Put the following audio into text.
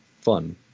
fun